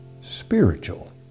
Spiritual